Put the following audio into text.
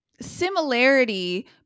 similarity